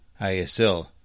ASL